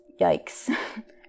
Yikes